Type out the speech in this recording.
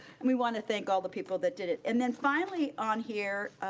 and we wanna thank all the people that did it. and then finally on here,